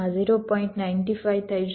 95 થઈ જશે